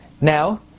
Now